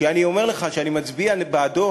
שאני אומר לך שאני מצביע בעדו,